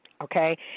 Okay